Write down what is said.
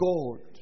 God